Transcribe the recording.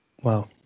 Wow